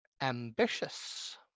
Ambitious